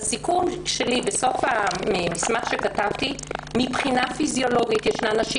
הסיכום שלי בסוף המסמך שכתבתי: "מבחינה פיזיולוגית ישנן נשים